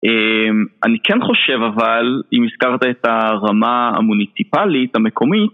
אני כן חושב אבל, אם הזכרת את הרמה המוניציפלית המקומית,